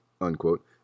unquote